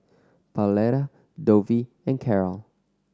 Pauletta Dovie and Karol